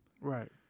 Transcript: Right